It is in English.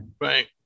Right